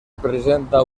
presenta